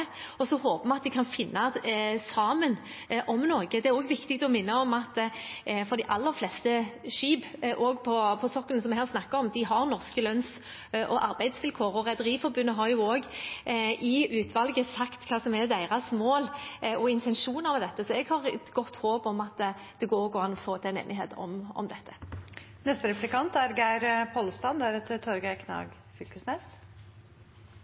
Og så håper vi at vi kan finne sammen om noe. Det er også viktig å minne om at de aller fleste skip, også på sokkelen, som vi her snakker om, har norske lønns- og arbeidsvilkår, og Rederiforbundet har også i utvalget sagt hva som er deres mål og intensjoner med dette. Så jeg har godt håp om at det går an å få til en enighet om dette. Det er litt vanskeleg å få tak på korleis eit vedtak i Stortinget, som er